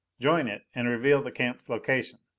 join it, and reveal the camp's location.